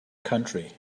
county